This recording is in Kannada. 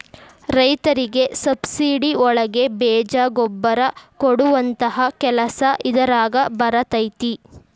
ರೈತರಿಗೆ ಸಬ್ಸಿಡಿ ಒಳಗೆ ಬೇಜ ಗೊಬ್ಬರ ಕೊಡುವಂತಹ ಕೆಲಸ ಇದಾರಗ ಬರತೈತಿ